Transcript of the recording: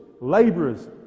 laborers